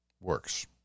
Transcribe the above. works